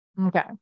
Okay